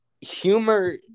humor